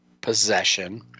possession